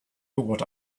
what